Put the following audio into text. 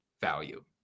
value